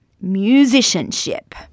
musicianship